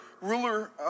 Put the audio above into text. ruler